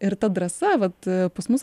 ir ta drąsa vat pas mus